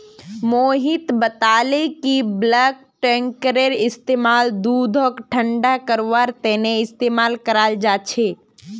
मोहित बताले कि बल्क टैंककेर इस्तेमाल दूधक ठंडा करवार तने इस्तेमाल कराल जा छे